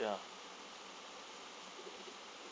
ya